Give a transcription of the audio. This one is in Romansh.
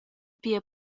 pia